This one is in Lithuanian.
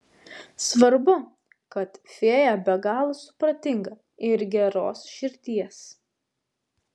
svarbu kad fėja be galo supratinga ir geros širdies